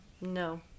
No